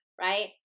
right